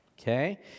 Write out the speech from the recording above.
okay